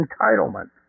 entitlement